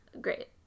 Great